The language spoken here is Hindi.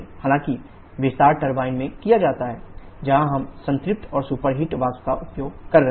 हालांकि विस्तार टरबाइन में किया जाता है जहां हम संतृप्त और सुपरहिट वाष्प का उपयोग कर रहे हैं